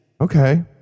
Okay